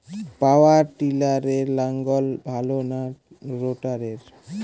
পাওয়ার টিলারে লাঙ্গল ভালো না রোটারের?